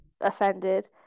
offended